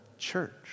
church